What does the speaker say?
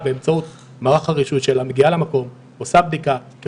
אני מייעוץ וחקיקה במשרד המשפטים.